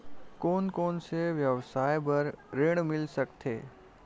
कोन कोन से व्यवसाय बर ऋण मिल सकथे?